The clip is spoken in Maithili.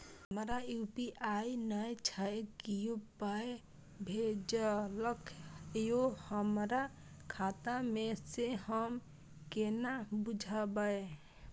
हमरा यू.पी.आई नय छै कियो पाय भेजलक यै हमरा खाता मे से हम केना बुझबै?